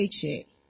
paycheck